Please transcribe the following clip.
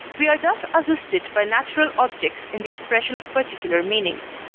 we are thus assisted by natural objects in the expression of particular meanings.